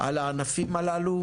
על הענפים הללו?